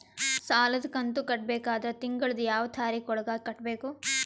ಸಾಲದ ಕಂತು ಕಟ್ಟಬೇಕಾದರ ತಿಂಗಳದ ಯಾವ ತಾರೀಖ ಒಳಗಾಗಿ ಕಟ್ಟಬೇಕು?